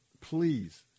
Please